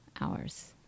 hours